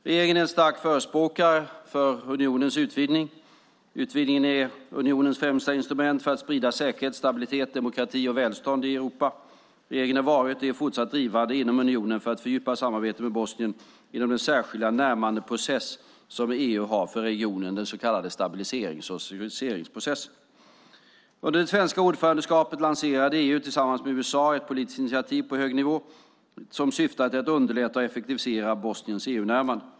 Regeringen är en stark förespråkare för unionens utvidgning. Utvidgningen är unionens främsta instrument för att sprida säkerhet, stabilitet, demokrati och välstånd i Europa. Regeringen har varit och är fortsatt drivande inom unionen för att fördjupa samarbetet med Bosnien inom den särskilda närmandeprocess som EU har för regionen, den så kallade stabiliserings och associeringsprocessen. Under det svenska ordförandeskapet lanserade EU, tillsammans med USA, ett politiskt initiativ på hög nivå som syftade till att underlätta och effektivisera Bosniens EU-närmande.